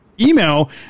email